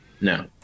No